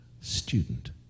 student